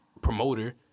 promoter